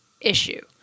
issue